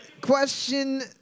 Question